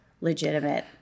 legitimate